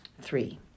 Three